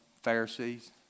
Pharisees